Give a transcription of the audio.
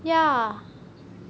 ya